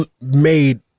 made